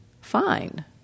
fine